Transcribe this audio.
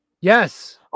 Yes